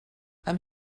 amb